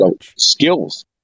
Skills